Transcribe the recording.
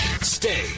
Stay